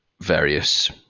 various